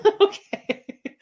Okay